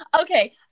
Okay